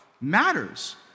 matters